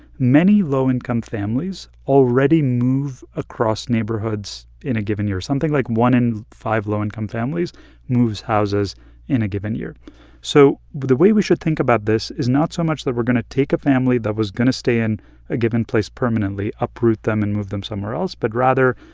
many low-income families already move across neighborhoods in a given year. something like one in five low-income families moves houses in a given year so the way we should think about this is not so much that we're going to take a family that was going to stay in a given place permanently, uproot them and move them somewhere else. but rather,